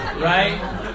Right